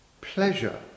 pleasure